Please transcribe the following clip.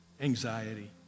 anxiety